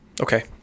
okay